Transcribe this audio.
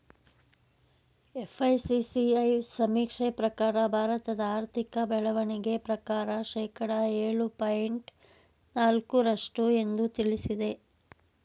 FICCI ಸಮೀಕ್ಷೆ ಪ್ರಕಾರ ಭಾರತದ ಆರ್ಥಿಕ ಬೆಳವಣಿಗೆ ಪ್ರಕಾರ ಶೇಕಡ ಏಳು ಪಾಯಿಂಟ್ ನಾಲಕ್ಕು ರಷ್ಟು ಎಂದು ತಿಳಿಸಿದೆ